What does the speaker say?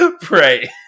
Pray